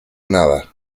nada